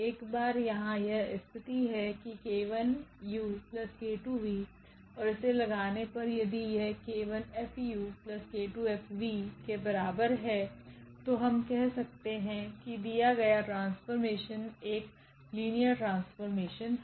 एक बार यहाँ यह स्थिति है किk1uk2v और इसे लगाने पर यदि यह𝑘1F𝑢𝑘2𝐹𝑣 केबराबर है तो हम कह सकते हैं कि दिया गया ट्रांसफॉर्मेशन एक लिनियर ट्रांसफॉर्मेशन है